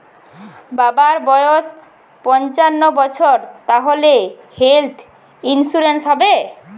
বাবার বয়স পঞ্চান্ন বছর তাহলে হেল্থ ইন্সুরেন্স হবে?